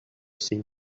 seem